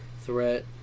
threat